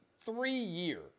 three-year